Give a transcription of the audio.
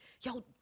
Yo